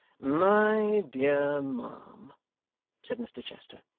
my dear ma'am said mr chester,